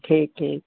ठीक ठीक